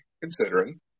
considering